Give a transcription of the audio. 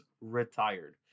retired